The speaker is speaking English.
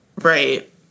Right